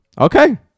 Okay